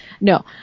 No